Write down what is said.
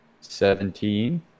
Seventeen